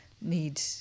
need